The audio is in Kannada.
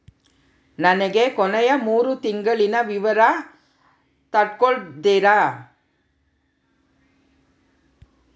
ನನಗ ಕೊನೆಯ ಮೂರು ತಿಂಗಳಿನ ವಿವರ ತಕ್ಕೊಡ್ತೇರಾ?